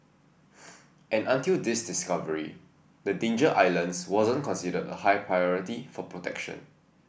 and until this discovery the Danger Islands wasn't considered a high priority for protection